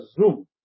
zoom